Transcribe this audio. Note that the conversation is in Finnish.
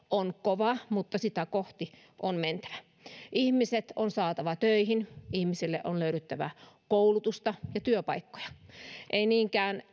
on kova mutta sitä kohti on mentävä ihmiset on saatava töihin ihmisille on löydyttävä koulutusta ja työpaikkoja emme niinkään